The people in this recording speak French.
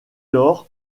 lors